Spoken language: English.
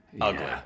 Ugly